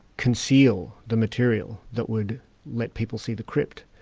conceal the material that would let people see the crypt.